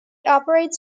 operates